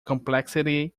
complexity